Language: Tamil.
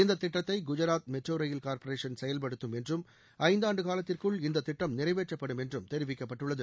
இந்த திட்டத்தை குஜாத் மெட்ரோ ரயில் கார்ப்பரேஷன் செயவ்படுத்தும் என்றும் ஐந்தாண்டு காலத்திற்குள் இந்த திட்டம் நிறைவேற்றப்படும் என்றும் தெரிவிக்கப்பட்டுள்ளது